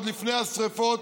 עוד לפני השרפות,